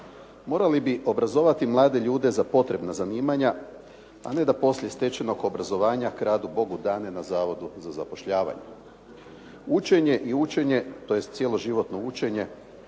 Morali bi obrazovati mlade ljude za potrebna zanimanja a ne da poslije stečenog obrazovanja kradu Bogu dane na Zavodu za zapošljavanje. Učenje i učenje tj. cjeloživotno učenje